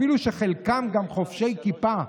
אפילו שחלקם חובשי כיפה.